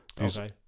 Okay